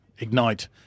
ignite